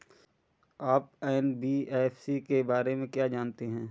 आप एन.बी.एफ.सी के बारे में क्या जानते हैं?